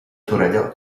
torelló